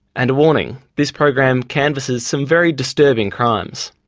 and a warning, this program canvasses some very disturbing crimes.